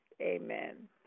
Amen